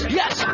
yes